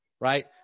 Right